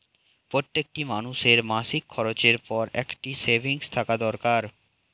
প্রত্যেকটি মানুষের মাসিক খরচের পর একটা সেভিংস থাকা দরকার